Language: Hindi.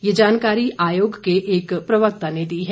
ये जानकारी आयोग के एक प्रवक्ता ने दी है